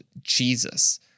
Jesus